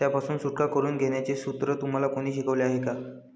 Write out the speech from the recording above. त्यापासून सुटका करून घेण्याचे सूत्र तुम्हाला कोणी शिकवले आहे का?